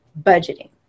budgeting